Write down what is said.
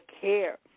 care